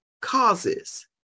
causes